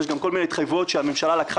ויש גם כל מיני התחייבויות שהממשלה לקחה